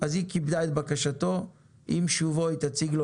אז היא כיבדה את בקשתו עם שובו היא תציג לו